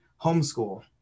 homeschool